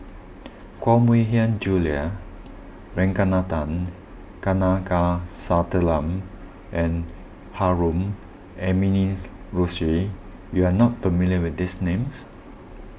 Koh Mui Hiang Julie Ragunathar Kanagasuntheram and Harun Aminurrashid you are not familiar with these names